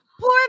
poor